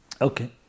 Okay